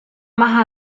más